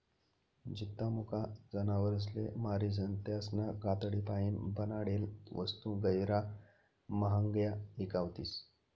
जित्ता मुका जनावरसले मारीसन त्यासना कातडीपाईन बनाडेल वस्तू गैयरा म्हांग्या ईकावतीस